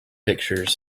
pictures